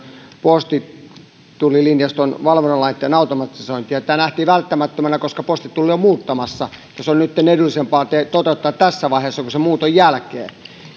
postitullilinjaston valvontalaitteen automatisointia tämä nähtiin välttämättömänä koska postitulli on muuttamassa ja se on nytten edullisempaa toteuttaa tässä vaiheessa kuin sen muuton jälkeen